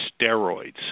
steroids